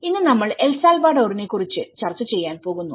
ഇന്ന് നമ്മൾ എൽ സാൽവഡോറിനെകുറിച്ച് ചർച്ച ചെയ്യാൻ പോകുന്നു